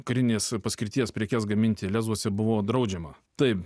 karinės paskirties prekes gaminti lezuose buvo draudžiama tai